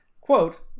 quote